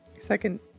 second